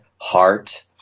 heart